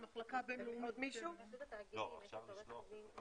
יעמוד בתוקפו עד תום תקופת תוקפו של חוק סמכויות מיוחדות,